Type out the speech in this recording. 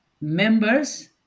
Members